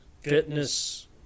fitness